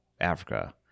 Africa